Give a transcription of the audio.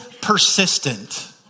persistent